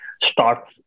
start